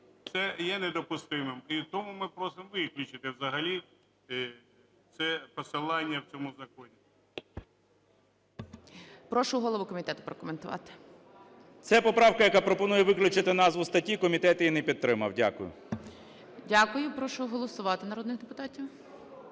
це є недопустимим. І тому ми просимо виключити взагалі це посилання в цьому законі.